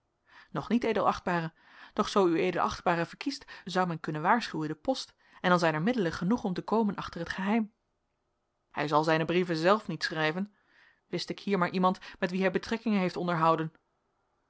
nog niet ed achtbare doch zoo uea verkiest zou men kunnen waarschuwen de post en dan zijn er middelen genoeg om te komen achter het geheim hij zal zijne brieven zelf niet schrijven wist ik hier maar iemand met wien hij betrekkingen heeft onderhouden